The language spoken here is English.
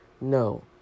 No